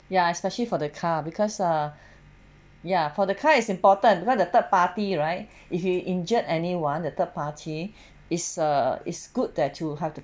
ya especially for the car because err ya for the car is important because the third party right if you injured anyone the third party is err is good that you have to